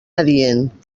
adient